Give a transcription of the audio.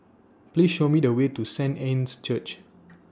Please Show Me The Way to Saint Anne's Church